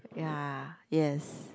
ya yes